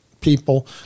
people